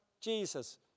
Jesus